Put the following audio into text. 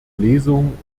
lesung